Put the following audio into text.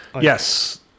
yes